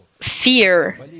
fear